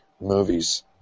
Movies